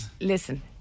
Listen